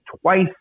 twice